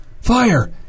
Fire